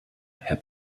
herr